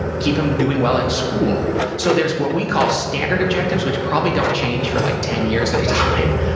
keep them doing well in school. so there's what we call standard objectives, which probably don't change for like ten years at a time.